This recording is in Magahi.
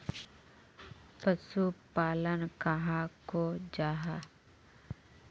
पशुपालन कहाक को जाहा?